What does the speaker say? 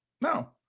no